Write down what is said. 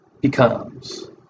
becomes